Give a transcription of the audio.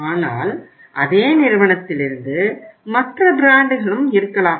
ஆனால் அதே நிறுவனத்திலிருந்து மற்ற பிராண்டுகளும் இருக்கலாம்